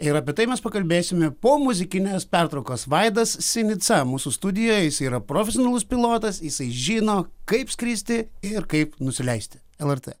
ir apie tai mes pakalbėsime po muzikinės pertraukos vaidas sinica mūsų studijoj yra profesionalus pilotas jisai žino kaip skristi ir kaip nusileisti lrt